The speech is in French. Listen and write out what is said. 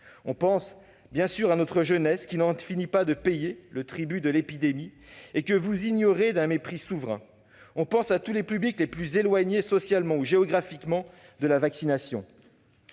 On pense bien sûr à notre jeunesse, qui n'en finit pas de payer le tribut de l'épidémie et que vous ignorez d'un mépris souverain. On pense à tous les publics les plus éloignés socialement ou géographiquement de la vaccination.